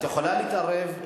את יכולה להתערב.